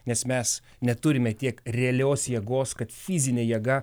nes mes neturime tiek realios jėgos kad fizine jėga